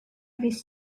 his